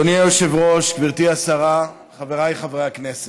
אדוני היושב-ראש, גברתי השרה, חבריי חברי הכנסת,